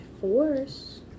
force